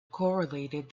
correlated